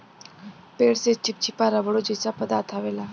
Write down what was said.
पेड़ से चिप्चिपा रबड़ो जइसा पदार्थ अवेला